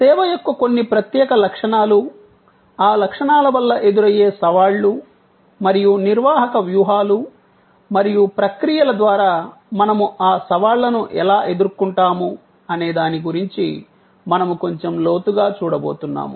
సేవ యొక్క కొన్ని ప్రత్యేక లక్షణాలు ఆ లక్షణాల వల్ల ఎదురయ్యే సవాళ్లు మరియు నిర్వాహక వ్యూహాలు మరియు ప్రక్రియల ద్వారా మనము ఆ సవాళ్లను ఎలా ఎదుర్కొంటాము అనే దాని గురించి మనము కొంచెం లోతుగా చూడబోతున్నాము